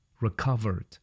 recovered